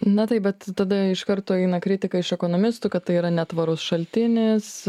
na taip bet tada iš karto eina kritika iš ekonomistų kad tai yra netvarus šaltinis